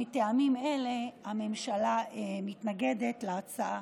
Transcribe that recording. מטעמים אלה הממשלה מתנגדת להצעה.